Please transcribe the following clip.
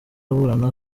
aburana